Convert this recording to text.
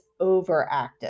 overactive